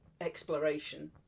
exploration